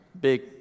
big